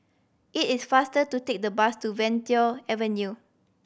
it is faster to take the bus to Venture Avenue